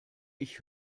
ich